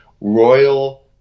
Royal